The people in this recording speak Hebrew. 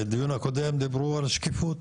בדיון הקודם דיברו על שקיפות.